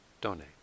donate